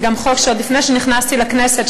זה גם חוק שעוד לפני שנכנסתי לכנסת,